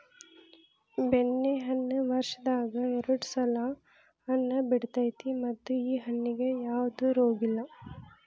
ಬೆಣ್ಣೆಹಣ್ಣ ವರ್ಷದಾಗ ಎರ್ಡ್ ಸಲಾ ಹಣ್ಣ ಬಿಡತೈತಿ ಮತ್ತ ಈ ಹಣ್ಣಿಗೆ ಯಾವ್ದ ರೋಗಿಲ್ಲ